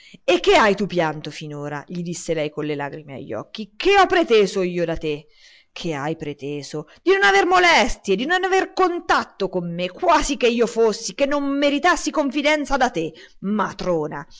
e che hai tu pianto finora gli disse lei con le lagrime a gli occhi che ho preteso io da te che hai preteso di non aver molestie di non aver contatto con me quasi che io fossi che non meritassi confidenza da te matrona